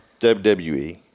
WWE